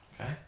okay